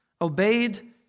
obeyed